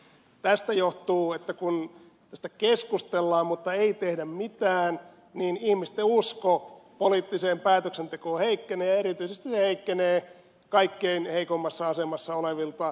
tästä johtuu se että kun tästä keskustellaan mutta ei tehdä mitään niin ihmisten usko poliittiseen päätöksentekoon heikkenee ja erityisesti se heikkenee kaikkein heikoimmassa asemassa olevilla